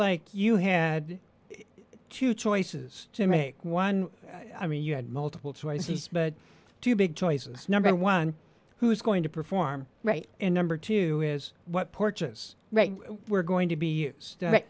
like you had two choices to make one i mean you had multiple choices but two big choices number one who's going to perform right and number two is what porches right we're going to be